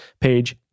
page